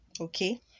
okay